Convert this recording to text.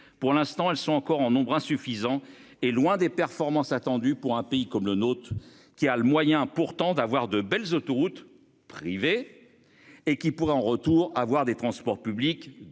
Pour l'instant, elles sont encore en nombre insuffisant et loin des performances attendues pour un pays comme le notre qui a le moyen pourtant d'avoir de belles autoroutes privées. Et qui pourrait en retour, avoir des transports publics